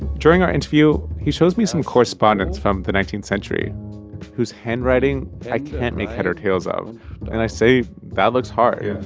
during our interview, he shows me some correspondence from the nineteenth century whose handwriting i can't make heads or tails of and i say, that looks hard. yeah